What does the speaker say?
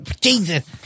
Jesus